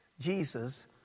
Jesus